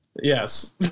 Yes